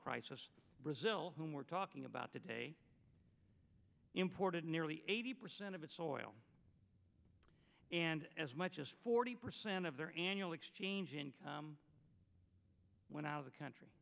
crisis brazil whom we're talking about today imported nearly eighty percent of its oil and as much as forty percent of their annual exchange income went out of the country